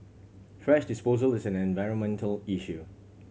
thrash disposal is an environmental issue